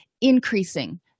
increasing